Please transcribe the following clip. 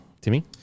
Timmy